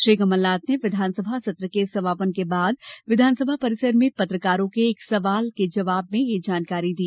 श्री कमलनाथ ने विधानसभा सत्र के समापन के बाद विधानसभा परिसर में पत्रकारों के एक सवाल के जवाब में यह जानकारी दी